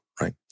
right